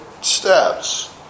steps